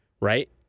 right